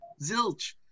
Zilch